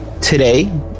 Today